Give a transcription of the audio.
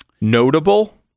notable